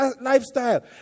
lifestyle